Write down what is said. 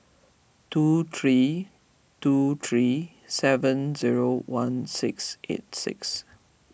two three two three seven zero one six eight six